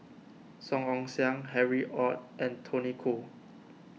Song Ong Siang Harry Ord and Tony Khoo